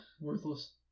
Worthless